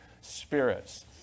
spirits